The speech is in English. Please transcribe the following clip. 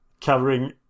covering